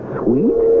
Sweet